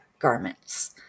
garments